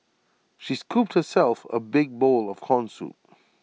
she scooped herself A big bowl of Corn Soup